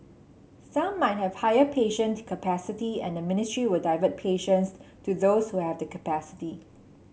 some might have higher patient capacity and ministry will divert patients to those we have the capacity